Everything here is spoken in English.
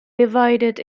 divided